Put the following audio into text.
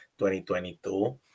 2022